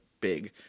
big